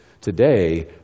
today